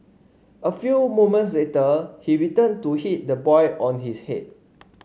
a few moments later he returned to hit the boy on his head